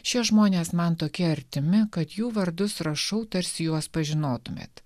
šie žmonės man tokie artimi kad jų vardus rašau tarsi juos pažinotumėt